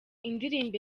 indirimbo